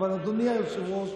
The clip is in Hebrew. אדוני היושב-ראש,